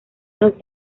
nos